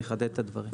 נחדד את הדברים.